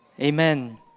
Amen